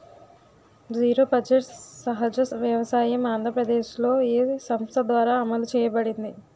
Zero budget సహజ వ్యవసాయం ఆంధ్రప్రదేశ్లో, ఏ సంస్థ ద్వారా అమలు చేయబడింది?